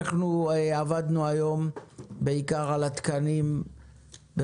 יש חוקים שהשלמנו וטרם הצבענו ויש חוקים שאנחנו עדיין דנים בהם,